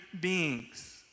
beings